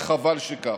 וחבל שכך.